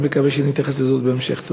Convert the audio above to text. אני מקווה שנתייחס לזה עוד בהמשך.